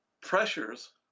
pressures